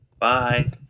Bye